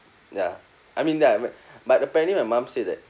ya I mean that I but apparently my mum said that